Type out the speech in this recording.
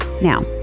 Now